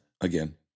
again